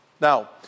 Now